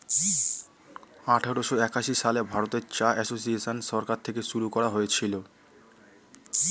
আঠারোশো একাশি সালে ভারতে চা এসোসিয়েসন সরকার থেকে শুরু করা হয়েছিল